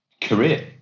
career